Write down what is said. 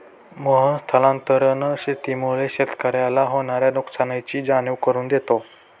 मोहन स्थानांतरण शेतीमुळे शेतकऱ्याला होणार्या नुकसानीची जाणीव करून देतो